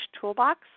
toolbox